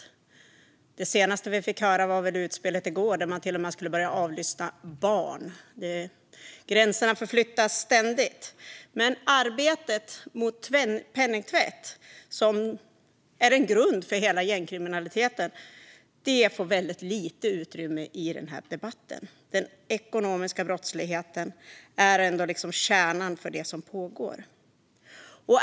Det senaste vi fick höra var väl utspelet i går där man till och med skulle börja avlyssna barn. Gränserna förflyttas ständigt. Arbetet mot penningtvätt, som är en grund för hela gängkriminaliteten, får dock väldigt lite utrymme i den här debatten. Den ekonomiska brottsligheten är ändå kärnan i det som pågår.